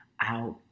out